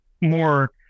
more